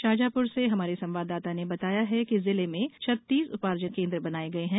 शाजापुर से हमारे संवाददाता ने बताया है कि जिले में छत्तीस उपार्जन केन्द्र बनाये गये हैं